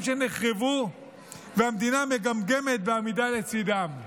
שנחרבו והמדינה מגמגמת בעמידה לצידם?